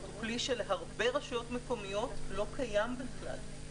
ברשויות מסוימות הוא לא קיים בכלל.